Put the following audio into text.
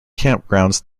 campgrounds